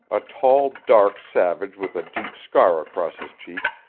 a tall dark savage with a deep scar across his cheek,